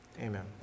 Amen